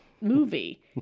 movie